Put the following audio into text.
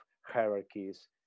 hierarchies